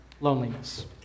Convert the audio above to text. loneliness